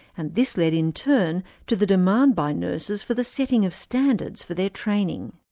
and this led in turn to the demand by nurses for the setting of standards for their training.